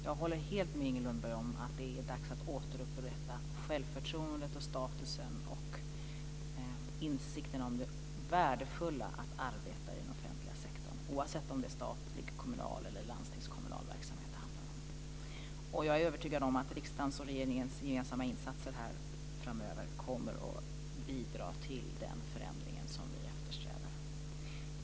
Jag håller helt med Inger Lundberg om att det är dags att återupprätta självförtroendet och statusen och insikten om det värdefulla att arbeta i den offentliga sektorn, oavsett om det är statlig, kommunal eller landstingskommunal verksamhet som det handlar om. Jag är övertygad om att riksdagens och regeringens gemensamma insatser här framöver kommer att bidra till den förändring som vi eftersträvar.